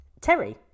Terry